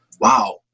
wow